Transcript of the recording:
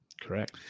Correct